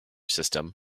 system